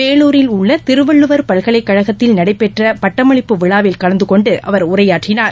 வேலூரில் உள்ள திருவள்ளுவர் பல்கலைக்கழகத்தில் நடைபெற்ற பட்டமளிப்பு விழாவில் கலந்துகொண்டு அவர் உரையாற்றினார்